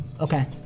Okay